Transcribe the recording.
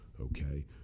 okay